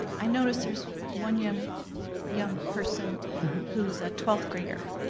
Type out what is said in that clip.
i notice there's one young young person who's a twelfth grader.